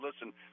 listen